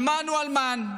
אלמן הוא אלמן,